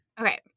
Okay